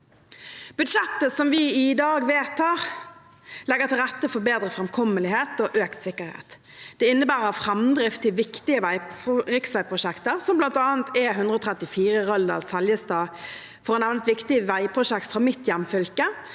Budsjettet som vi i dag vedtar, legger til rette for bedre framkommelighet og økt sikkerhet. Det innebærer framdrift i viktige riksveiprosjekter, som bl.a. E134 Røldal–Seljestad, for å nevne et viktig veiprosjekt fra mitt hjemfylke,